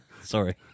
Sorry